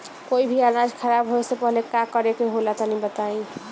कोई भी अनाज खराब होए से पहले का करेके होला तनी बताई?